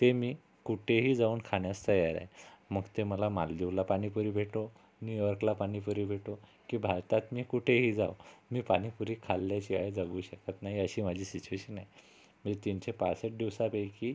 ते मी कुठेही जाऊन खाण्यास तयार आहे मग ते मला मालदीवला पाणीपुरी भेटो न्यूयॉर्कला पाणीपुरी भेटो की भारतात मी कुठेही जावो मी पाणीपुरी खाल्ल्याशिवाय जगू शकत नाही अशी माझी सिच्युएशन आहे मी तीनशे पासष्ट दिवसांपैकी